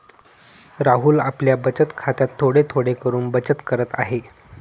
राहुल आपल्या बचत खात्यात थोडे थोडे करून बचत करत आहे